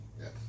Yes